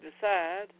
decide